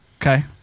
Okay